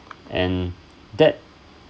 and that